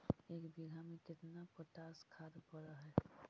एक बिघा में केतना पोटास खाद पड़ है?